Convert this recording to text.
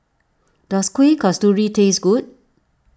does Kueh Kasturi taste good